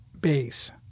base